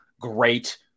Great